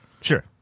Sure